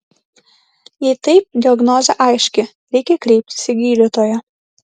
jei taip diagnozė aiški reikia kreiptis į gydytoją